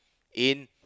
in